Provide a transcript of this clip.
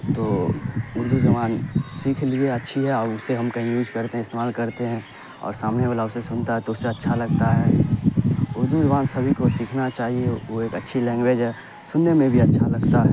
تو اردو زبان سیکھ لیے اچھی ہے اور اسے ہم کہیں یوز کرتے ہیں استعمال کرتے ہیں اور سامنے والا اسے سنتا تو اسے اچھا لگتا ہے اردو زبان سبھی کو سیکھنا چاہیے وہ ایک اچھی لینگویج ہے سننے میں بھی اچھا لگتا ہے